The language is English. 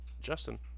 Justin